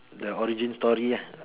the origin story lah